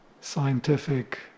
scientific